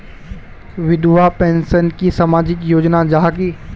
विधवा पेंशन की सामाजिक योजना जाहा की?